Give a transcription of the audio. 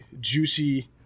juicy